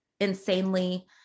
insanely